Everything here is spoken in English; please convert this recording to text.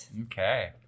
Okay